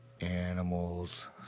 Animals